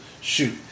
shoot